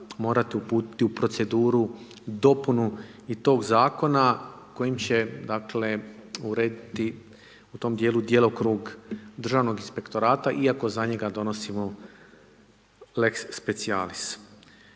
morati uputiti u proceduru dopunu i tog zakona, kojim će dakle, urediti u tom dijelu djelokrug državnog inspektorata iako za njega donosimo lex sepcijalis.